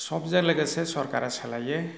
समजों लोगोसे सोरखारा सोलायो